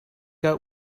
out